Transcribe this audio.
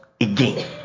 again